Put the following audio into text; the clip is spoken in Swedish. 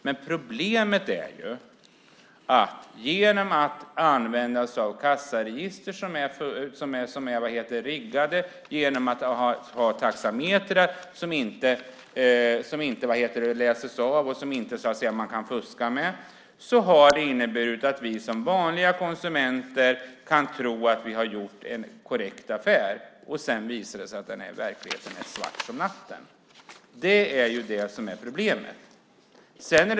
Men problemet är att kassaregister som är riggade och taxametrar som inte läses av och som man inte kan fuska med har inneburit att vi som vanliga konsumenter kan tro att vi har gjort en korrekt affär, och sedan visar det sig att den i verkligheten är svart som natten. Det är ju det som är problemet.